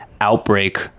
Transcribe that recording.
outbreak